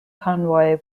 convoy